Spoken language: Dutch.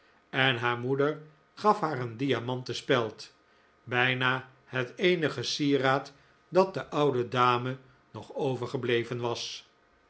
en haar moeder gaf haar een diamanten speld bijna het eenige sieraad dat de oude dame nog overgebleven was